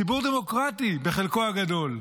ציבור דמוקרטי בחלקו הגדול.